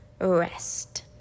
rest